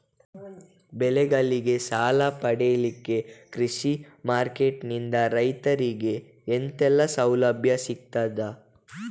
ಬೆಳೆಗಳಿಗೆ ಸಾಲ ಪಡಿಲಿಕ್ಕೆ ಕೃಷಿ ಮಾರ್ಕೆಟ್ ನಿಂದ ರೈತರಿಗೆ ಎಂತೆಲ್ಲ ಸೌಲಭ್ಯ ಸಿಗ್ತದ?